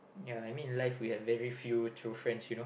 ya I mean life we have very few true friends you know